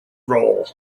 role